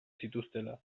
zituztela